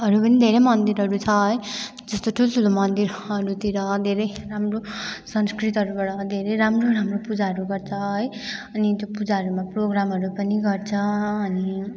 अरूपनि धेरै मन्दिरहरू छ है जस्तो ठुल्ठुलो मन्दिरहरूतिर धेरै राम्रो संस्कृतहरूबाट धेरै राम्रो राम्रो पूजाहरू गर्छ है अनि त्यो पूजाहरूमा प्रोग्रामहरू पनि गर्छ अनि